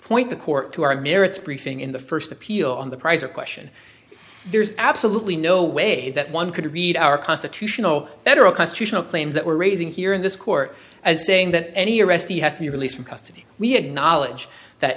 point the court to our merits briefing in the first appeal on the prize a question there's absolutely no way that one could read our constitutional federal constitutional claims that we're raising here in this court as saying that any arrest he has to be released from custody we acknowledge that